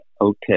okay